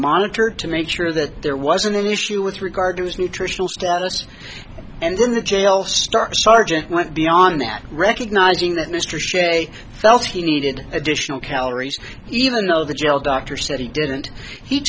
monitored to make sure that there was an issue with regard to his nutritional status and then the jail star sergeant went beyond that recognizing that mr sze felt he needed additional calories even though the jail doctor said he didn't he